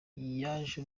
yaje